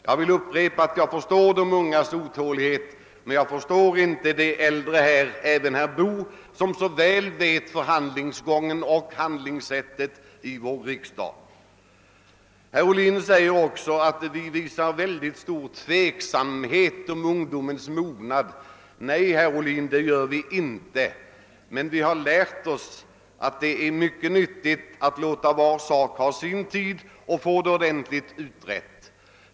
Jag vill upprepa att jag förstår de ungas otålighet, men jag förstår inte de äldre här, inklusive herr Boo, som så väl vet förhandlingsgången i vår riksdag. Herr Ohlin säger också att vi visar väldigt stor tveksamhet i fråga om ungdomens mognad. Nej, herr Ohlin, det gör vi inte. Men vi har lärt oss att det är mycket nyttigt att låta var sak ha sin tid och få den ordentligt utredd.